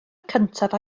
cyntaf